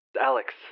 Alex